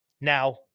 Now